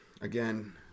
Again